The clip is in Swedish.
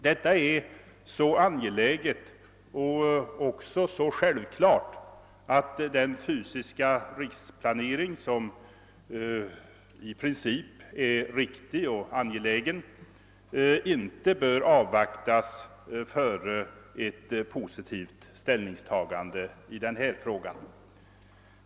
Detta är så angeläget och även så självklart, att den fysiska riksplaneringen, som i princip är riktig och angelägen, inte bör avvaktas före ett positivt ställningstagande i denna fråga.